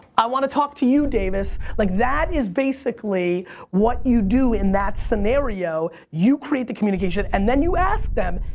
i wanna talk to you, davis. like, that is basically what you do in that scenario. you create the communication and then you ask them,